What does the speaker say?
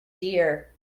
dear